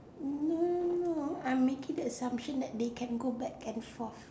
no no I'm making the assumption that they can go back and forth